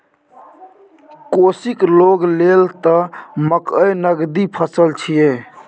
कोशीक लोग लेल त मकई नगदी फसल छियै